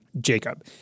Jacob